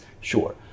Sure